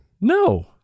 No